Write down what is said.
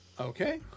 Okay